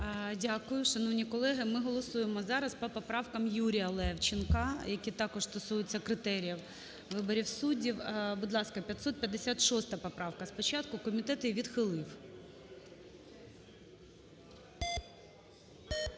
Дякую. Шановні колеги, ми голосуємо зараз по поправкам ЮріяЛевченка, які також стосуються критеріїв виборів суддів. Будь ласка, 556 поправка спочатку. Комітет її відхилив.